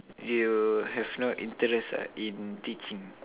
you have no interest ah in teaching